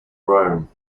rome